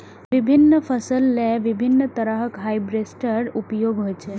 विभिन्न फसल लेल विभिन्न तरहक हार्वेस्टर उपयोग होइ छै